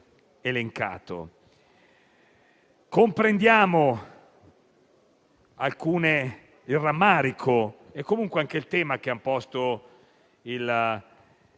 Comprendiamo il rammarico e comunque anche il tema che ha posto il